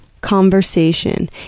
conversation